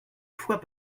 fois